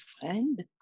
friend